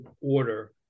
order